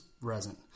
resin